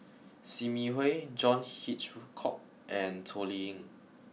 Sim Yi Hui John Hitchcock and Toh Liying